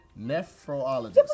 nephrologist